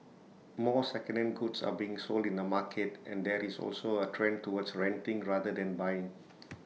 more secondhand goods are being sold in the market and there is also A trend towards renting rather than buying